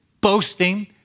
boasting